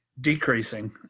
Decreasing